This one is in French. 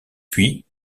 puis